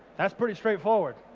that's pretty straightforward.